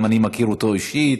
גם אני מכיר אותו אישית.